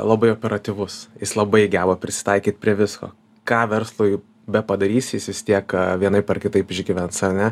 labai operatyvus jis labai geba prisitaikyt prie visko ką verslui bepadarysi jis vis tiek vienaip ar kitaip išgyvens ane